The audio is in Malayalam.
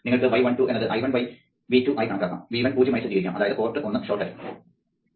നിങ്ങൾക്ക് y12 എന്നത് I1 V2 ആയി കണക്കാക്കാം V1 0 ആയി സജ്ജീകരിക്കാം അതായത് പോർട്ട് ഒന്ന് ഷോർട്ട് അറ്റ്